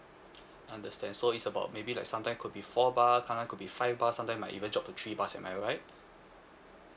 understand so is about maybe like sometime could be four bar sometime could be five bar sometime might even drop to three bars am I right